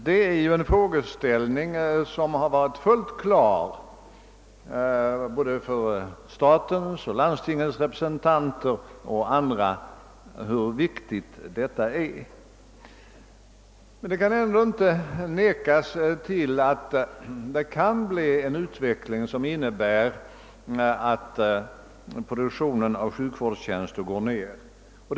Statens och landstingens representanter har också varit fullt medvetna om hur viktigt detta är. Men det kan ändå inte förnekas att utvecklingen inom det nya systemet kanske medför att produktionen av sjukvårdstjänster något minskar.